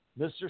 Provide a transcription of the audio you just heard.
Mr